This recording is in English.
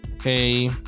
Okay